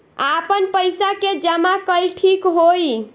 आपन पईसा के जमा कईल ठीक होई?